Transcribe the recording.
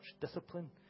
discipline